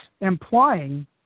implying